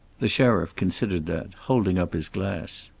the sheriff considered that, holding up his glass.